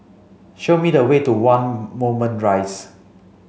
show me the way to one Moulmein Rise